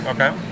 Okay